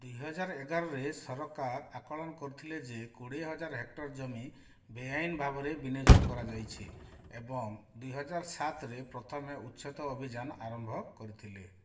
ଦୁଇହଜାର ଏଗାରରେ ସରକାର ଆକଳନ କରିଥିଲେ ଯେ କୋଡ଼ିଏ ହଜାର ହେକ୍ଟର ଜମି ବେଆଇନ ଭାବରେ ବିନିଯୋଗ କରାଯାଇଛି ଏବଂ ଦୁଇହଜାର ସାତରେ ପ୍ରଥମେ ଉଚ୍ଛେଦ ଅଭିଯାନ ଆରମ୍ଭ କରିଥିଲେ